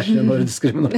aš nenoriu diskriminuot